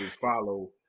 Follow